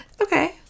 Okay